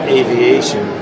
aviation